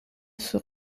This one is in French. sur